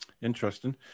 Interesting